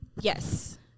Yes